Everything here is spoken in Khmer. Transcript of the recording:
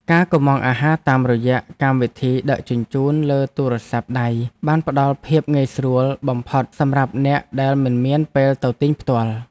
ការកម្ម៉ង់អាហារតាមរយៈកម្មវិធីដឹកជញ្ជូនលើទូរស័ព្ទដៃបានផ្ដល់ភាពងាយស្រួលបំផុតសម្រាប់អ្នកដែលមិនមានពេលទៅទិញផ្ទាល់។